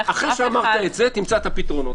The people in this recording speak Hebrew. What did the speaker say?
עכשיו תמצא את הפתרונות.